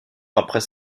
après